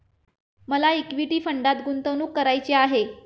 मला इक्विटी फंडात गुंतवणूक करायची आहे